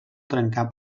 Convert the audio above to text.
trencar